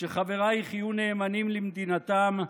שחברייך יהיו נאמנים למדינתם,